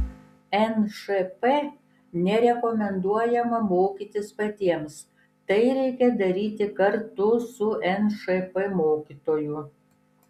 nšp nerekomenduojama mokytis patiems tai reikia daryti kartu su nšp mokytoju